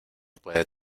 puede